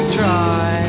try